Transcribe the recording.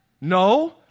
No